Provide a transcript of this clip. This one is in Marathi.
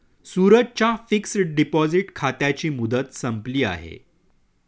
सूरजच्या फिक्सड डिपॉझिट खात्याची मुदत संपली आहे